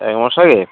এক মাস হয় গেছে